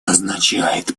означает